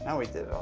um we did it all.